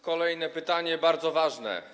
Kolejne pytanie, bardzo ważne.